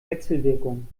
wechselwirkung